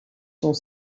sont